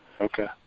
Okay